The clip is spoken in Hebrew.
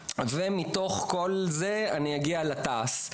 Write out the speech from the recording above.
מתוך כל זה אני אגיע לתע"ס,